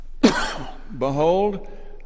Behold